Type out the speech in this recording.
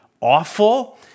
awful